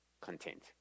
content